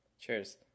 Cheers